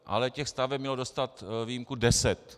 Ale těch staveb mělo dostat výjimku deset.